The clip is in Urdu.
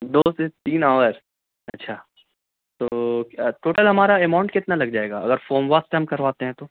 دو سے تین آور اچھا تو ٹوٹل ہمارا اماؤنٹ کتنا لگ جائے گا اگر فوم واش ہم کرواتے ہیں تو